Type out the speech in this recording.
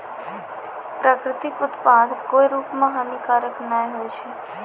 प्राकृतिक उत्पाद कोय रूप म हानिकारक नै होय छै